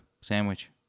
sandwich